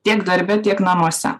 tiek darbe tiek namuose